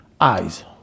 eyes